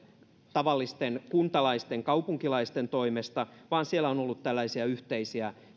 tavallisten kuntalaisten eikä kaupunkilaisten toimesta vaan siellä on ollut yhteisiä